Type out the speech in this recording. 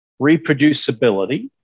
Reproducibility